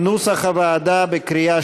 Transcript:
לא נתקבלה.